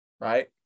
right